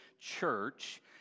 church